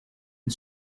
and